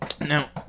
Now